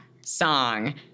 song